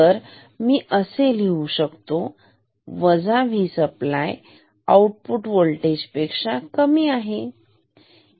तर मी असेही लिहू शकतो वजा V सप्लाय आउटपुट होल्टेज पेक्षा कमी आहे